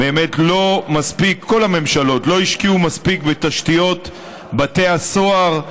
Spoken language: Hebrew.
כל הממשלות לא השקיעו מספיק בתשתיות בתי הסוהר.